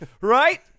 Right